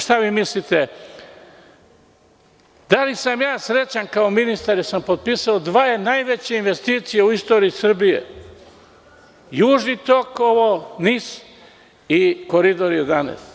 Šta vi mislite, da li sam ja srećan kao ministar jer sam potpisao dve najveće investicije u istoriji Srbije – Južni tok, NIS i Koridor 11.